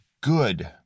good